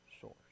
source